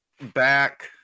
back